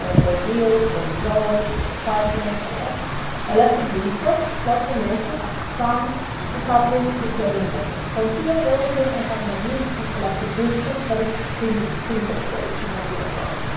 ah code build, code deploy, code pipelines all that elastic beanstalk, cloudformation, some decoupling deployment methods from here. the and only thing i have not used is elastic beanstalk, but it's extremely simple so it should not be a problem.